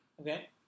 Okay